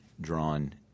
drawn